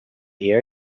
year